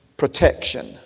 Protection